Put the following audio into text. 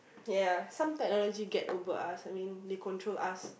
yeah some technology get over us I mean they control us